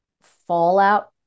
fallout